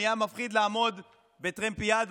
נהיה מפחיד לעמוד בטרמפיאדות.